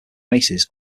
races